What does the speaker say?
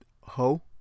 ho